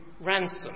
ransom